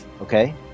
Okay